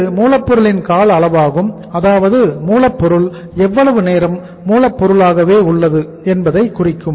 இது மூலப்பொருளின் கால அளவாகும் அதாவது மூலப்பொருள் எவ்வளவு நேரம் மூலப்பொருளாகவே உள்ளது என்பதை குறிக்கும்